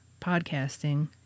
podcasting